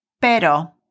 Pero